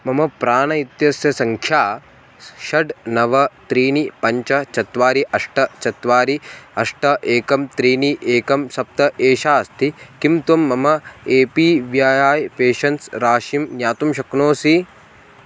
मम प्राण इत्यस्य सङ्ख्या षड् नव त्रीणि पञ्च चत्वारि अष्ट चत्वारि अष्ट एकं त्रीणि एकं सप्त एषा अस्ति किं त्वं मम ए पी व्याय् पेशन्स् राशिं ज्ञातुं शक्नोषि